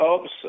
oops